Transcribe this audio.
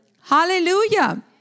hallelujah